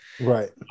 Right